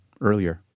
earlier